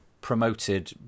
promoted